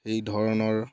এই ধৰণৰ